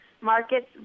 markets